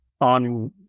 On